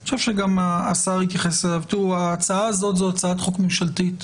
אני חושב שגם השר התייחס אליו ההצעה הזאת זו הצעת חוק ממשלתית